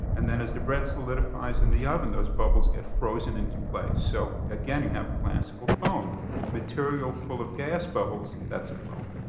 and then, as the bread solidifies in the oven, those bubbles get frozen into place. so again you have classical foam material full of gas bubbles. that's a foam